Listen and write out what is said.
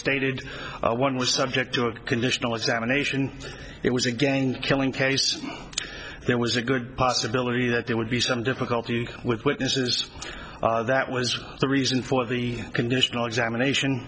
stated one was subject to a conditional examination it was again killing case there was a good possibility that there would be some difficulty with witnesses that was the reason for the conditional examination